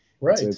Right